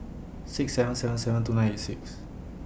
six seven seven seven two nine eight six